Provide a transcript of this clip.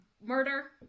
murder